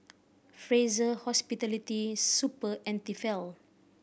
Fraser Hospitality Super and Tefal